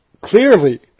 Clearly